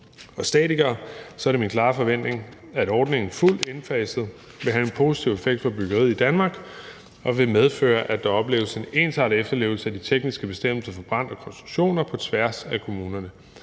og statikere, er det min klare forventning, at ordningen fuldt indfaset vil have en positiv effekt for byggeriet i Danmark og vil medføre, at der opleves en ensartet efterlevelse af de tekniske bestemmelser for brandsikring og konstruktioner på tværs af kommunerne.